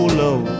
low